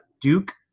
Duke